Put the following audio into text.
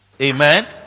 Amen